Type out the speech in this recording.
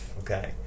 okay